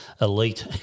elite